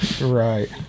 Right